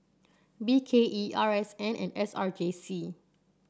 B K E R S N and S R J C